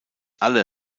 alle